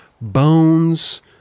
bones